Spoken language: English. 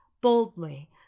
Boldly